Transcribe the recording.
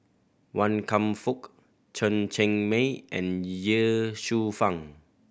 Wan Kam Fook Chen Cheng Mei and Ye Shufang